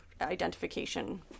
identification